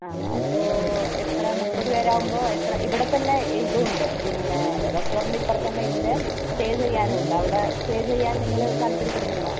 ആ ആ അപ്പോൾ എത്ര മുപ്പതു പേരാവുമ്പോൾ എത്ര ഇവിടെത്തന്നെ ഇതും ഉണ്ട് പിന്നെ റെസ്റ്റോറൻറ്റിൻ്റെ ഇപ്പുറത്തു തന്നേ ഇതിൻ്റെ സ്റ്റേ ചെയ്യാനുമുണ്ട് അവിടെ സ്റ്റേ ചെയ്യാൻ നിങ്ങൾ താല്പര്യപ്പെടുന്നുണ്ടോ